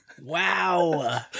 Wow